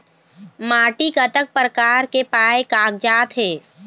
माटी कतक प्रकार के पाये कागजात हे?